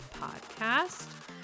podcast